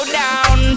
down